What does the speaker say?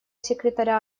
секретаря